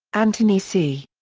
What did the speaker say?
anthony c.